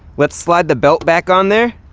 let's slide the belt back on there.